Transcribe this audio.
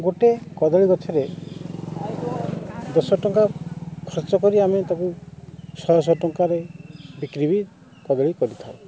ଗୋଟେ କଦଳୀ ଗଛରେ ଦଶଟଙ୍କା ଖର୍ଚ୍ଚ କରି ଆମେ ତାକୁ ଶହ ଶହ ଟଙ୍କାରେ ବିକ୍ରି ବି କଦଳୀ କରିଥାଉ